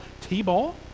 t-ball